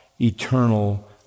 eternal